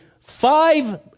five